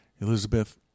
Elizabeth